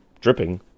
dripping